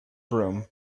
broom